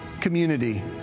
community